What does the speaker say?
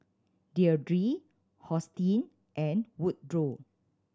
Deirdre Hosteen and Woodroe